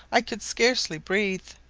i could scarcely breathe,